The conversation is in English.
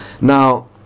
Now